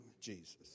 Jesus